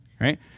right